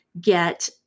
get